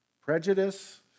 Prejudice